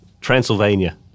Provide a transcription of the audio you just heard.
transylvania